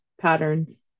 patterns